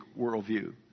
worldview